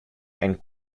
and